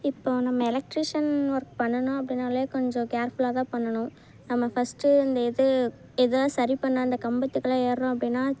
இப்போது நம்ம electrician work பண்ணணும் அப்படின்னாலே கொஞ்சம் கேர்ஃபுல்லாகதான் பண்ணணும் நம்ம ஃபஸ்ட்டு இந்த இது ஏதா சரிபண்ண அந்த கம்பத்துக்கலாம் ஏறுகிறோம் அப்படின்னா